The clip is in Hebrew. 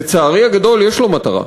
לצערי הגדול, יש לו מטרה.